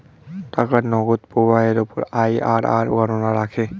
টাকার নগদ প্রবাহের উপর আইআরআর গণনা রাখে